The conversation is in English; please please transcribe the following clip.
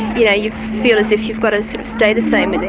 you know, you feel as if you've got to sort of stay the same with them.